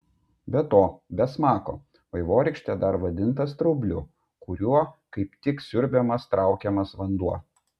be to be smako vaivorykštė dar vadinta straubliu kuriuo kaip tik siurbiamas traukiamas vanduo